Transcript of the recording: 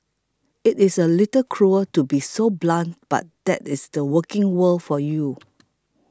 it is a little cruel to be so blunt but that is the working world for you